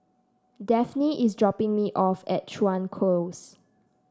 Dafne is dropping me off at Chuan Close